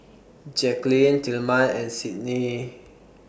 Jaquelin Tilman and Sydni